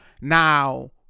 Now